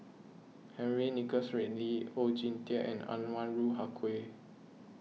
Henry Nicholas Ridley Oon Jin Teik and Anwarul Haque